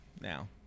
Now